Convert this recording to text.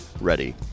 ready